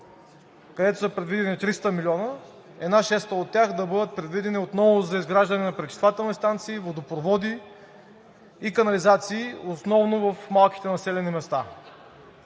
където са предвидени 300 милиона, една шеста от тях да бъдат предвидени отново за изграждане на пречиствателни станции, водопроводи и канализации основно в малките населени места.